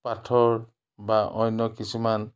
পাথৰ বা অন্য কিছুমান